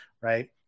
right